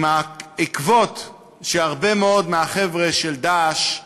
עם העקבות שהרבה מאוד מהחבר'ה של "דאעש",